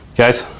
Guys